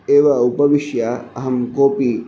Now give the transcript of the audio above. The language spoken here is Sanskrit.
एव उपविश्य अहं कोपि